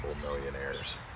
millionaires